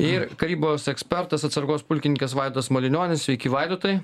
ir karybos ekspertas atsargos pulkininkas vaidotas malinionis sveiki vaidotai